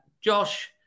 Josh